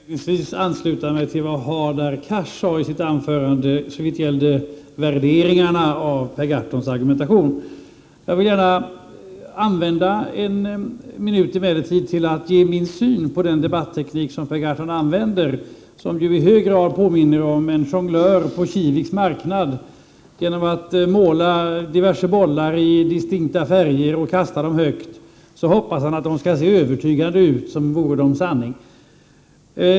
Fru talman! För att spara litet tid vill jag inledningsvis ansluta mig till vad Hadar Cars sade i sitt anförande såvitt gällde värderingen av Per Gahrtons argumentation. Jag vill emellertid gärna använda en minut till att ge min syn på den debatteknik som Per Gahrton tillämpar. Han påminner i hög grad om en jonglör på Kiviks marknad. Genom att måla diverse bollar i distinkta färger och kasta dem högt hoppas han att de skall se övertygande ut som vore de sanning.